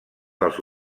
dels